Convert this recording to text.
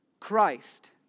Christ